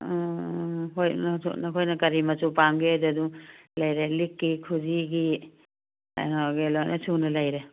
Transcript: ꯍꯣꯏ ꯅꯈꯣꯏꯅ ꯀꯔꯤ ꯃꯆꯨ ꯄꯥꯝꯒꯦꯗꯣ ꯑꯗꯨꯝ ꯂꯩꯔꯦ ꯂꯤꯛꯀꯤ ꯈꯨꯖꯤꯒ ꯂꯥꯏ ꯍꯔꯥꯎꯕꯒꯤ ꯂꯣꯏꯅ ꯁꯨꯅ ꯂꯩꯔꯦ